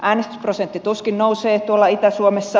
äänestysprosentti tuskin nousee tuolla itä suomessa